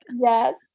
Yes